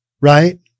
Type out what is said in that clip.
right